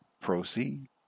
Proceed